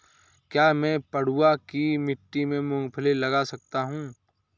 क्या मैं पडुआ की मिट्टी में मूँगफली लगा सकता हूँ?